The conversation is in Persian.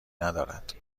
ندارد